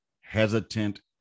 hesitant